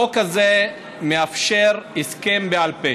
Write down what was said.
החוק הזה מאפשר הסכם בעל פה.